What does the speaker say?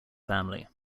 family